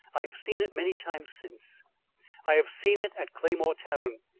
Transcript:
i have seen it many times since i have seen it at claymore tavern.